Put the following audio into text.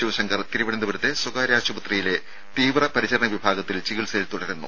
ശിവശങ്കർ തിരുവനന്തപുരത്തെ സ്വകാര്യ ആശുപത്രിയിലെ തീവ്രപരിചരണ വിഭാഗത്തിൽ ചികിത്സയിൽ തുടരുന്നു